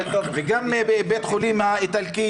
וגם בית-החולים האיטלקי,